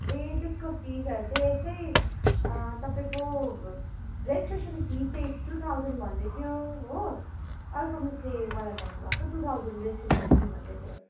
ए त्यसको फिसहरू चाहिँ यसै तपाईँको रेजिस्ट्रेसन फी चाहिँ टू थाउजन्ड भन्दैथ्यो हो अर्को मिसले मलाई भन्नुभएको टू थाउजन्ड रेजिस्ट्रेसन फि भन्दैथ्यो